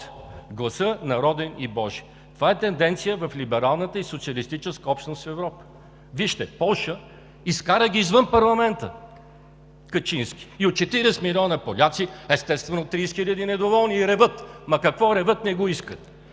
гласът народен и божи. Това е тенденция в либералната и социалистическа общност в Европа. Вижте Полша – изкара ги извън парламента Качински и от 40 милиона поляци, естествено, 30 хиляди недоволни и реват. Ама какво реват? Не го искат.